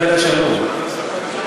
השנה תיגמר עד שיאשרו את התקציב.